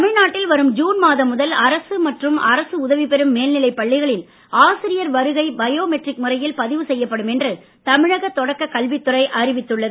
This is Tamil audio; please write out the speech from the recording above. தமிழ்நாட்டில் வரும் ஜூன் மாதம் முதல் அரசு மற்றும் அரசு உதவி பெறும் மேல் நிலை பள்ளிகளில் ஆசிரியர் வருகை பயோமெட்ரிக் முறையில் பதிவு செய்யப்படும் என்று தமிழக தொடக்க கல்வித்துறை முடிவு செய்துள்ளது